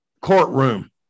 courtroom